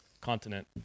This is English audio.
continent